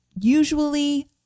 Usually